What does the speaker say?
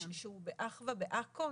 הוא באחווה, בעכו.